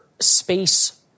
space